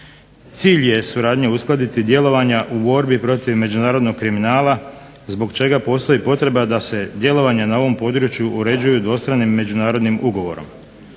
Cilj je suradnje uskladiti djelovanja u borbi protiv međunarodnog kriminala zbog čega postoji potreba da se djelovanja na ovom području uređuju dvostranim međunarodnim ugovorom.